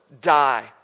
die